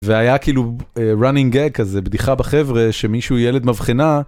והיה כאילו running gag כזה בדיחה בחברה שמישהו ילד מבחנה.